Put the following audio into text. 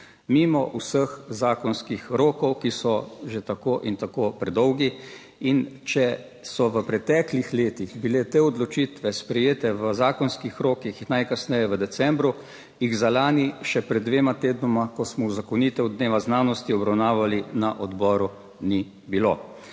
mimo vseh zakonskih rokov, ki so že tako in tako predolgi, in če so v preteklih letih bile te odločitve sprejete v zakonskih rokih in najkasneje v decembru, jih za lani še pred dvema tednoma, ko smo uzakonitev dneva znanosti obravnavali na odboru, ni bilo.